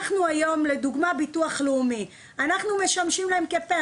לדוגמה ביטוח לאומי, אנחנו משמשים להם כפה.